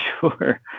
sure